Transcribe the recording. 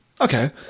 Okay